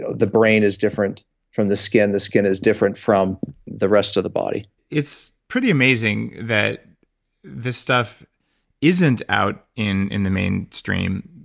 the brain is different from the skin, the skin is different from the rest of the body it's pretty amazing that this stuff isn't out in in the mainstream,